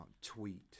tweet